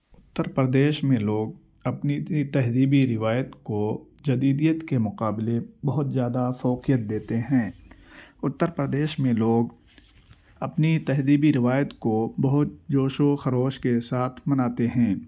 اتر پردیش میں لوگ اپنی تہذیبی روایت کو جدیدیت کے مقابلے بہت زیادہ فوقیت دیتے ہیں اتر پردیش میں لوگ اپنی تہذیبی روایت کو بہت جوش و خروش کےساتھ مناتے ہیں